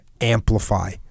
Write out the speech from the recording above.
amplify